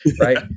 Right